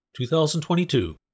2022